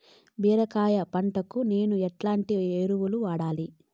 బీరకాయ పంటకు నేను ఎట్లాంటి ఎరువులు వాడాలి?